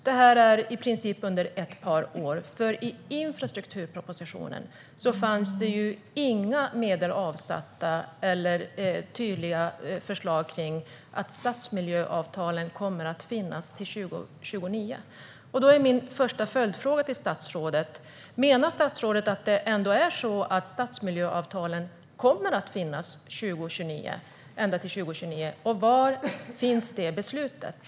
Det här kommer i princip att gälla bara under ett par år, för i infrastrukturpropositionen finns det inte några avsatta medel eller några tydliga förslag om att stadsmiljöavtalen ska finnas till 2029. Min första följdfråga till statsrådet är: Menar statsrådet att det ändå är så att stadsmiljöavtalen kommer att finnas ända till 2029? Var finns det beslutet?